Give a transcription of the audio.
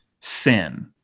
sin